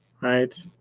right